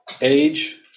age